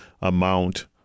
amount